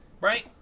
Right